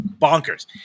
Bonkers